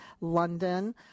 London